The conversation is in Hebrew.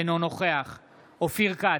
אינו נוכח אופיר כץ,